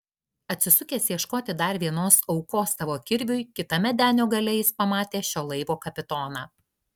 atsisukęs ieškoti dar vienos aukos savo kirviui kitame denio gale jis pamatė šio laivo kapitoną